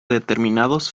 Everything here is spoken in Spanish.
determinados